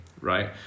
right